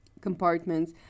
compartments